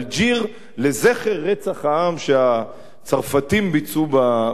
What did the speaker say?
לזכר רצח העם שהצרפתים ביצעו באלג'יראים.